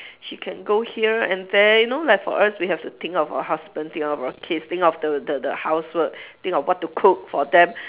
she can go here and there you know like for us we have to think of our husband think of our kids think of the the the housework think of what to cook for them